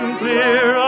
clear